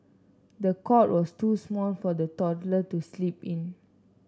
the cot was too small for the toddler to sleep in